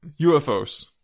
UFOs